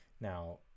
Now